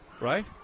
right